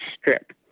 strip